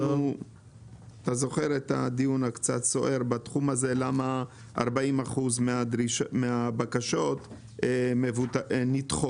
את הדיון הסוער בתחום הזה, למה 40% מהבקשות נדחות.